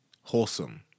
wholesome